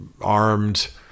armed